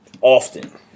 often